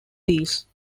these